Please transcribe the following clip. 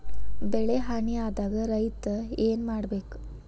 ಬೆಳಿ ಹಾನಿ ಆದಾಗ ರೈತ್ರ ಏನ್ ಮಾಡ್ಬೇಕ್?